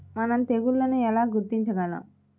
మనం తెగుళ్లను ఎలా గుర్తించగలం?